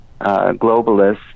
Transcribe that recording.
globalists